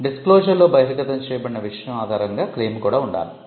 disclosure లో బహిర్గతం చేయబడిన విషయం ఆధారంగా క్లెయిమ్ కూడా ఉండాలి